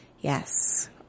Yes